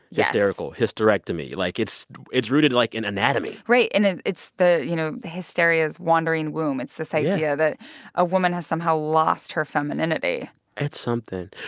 hysterical hysterectomy. like, it's it's rooted, like, in anatomy right. and it's the you know, hysteria's wandering womb. it's this. yeah. idea that a woman has somehow lost her femininity it's something.